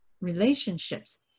relationships